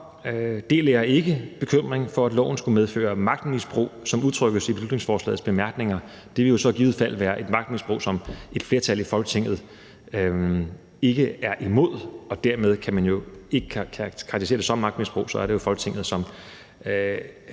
deler jeg ikke bekymringen for, at loven skulle medføre magtmisbrug, som det udtrykkes i beslutningsforslagets bemærkninger. For det vil jo så i givet fald være et magtmisbrug, som et flertal i Folketinget ikke er imod, og dermed kan man jo ikke karakterisere det som magtmisbrug, for så er det Folketinget, der